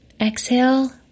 Exhale